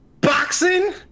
boxing